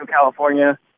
California